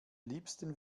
liebsten